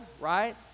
right